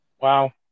Wow